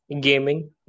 gaming